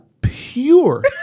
pure